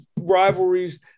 rivalries